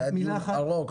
זה היה דיון ארוך.